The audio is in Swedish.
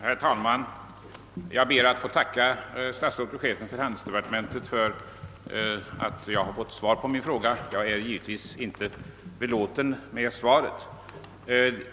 Herr talman! Jag ber att få tacka statsrådet och chefen för handelsde partementet för att jag fått svar på min fråga. Jag är givetvis inte belåten med svaret.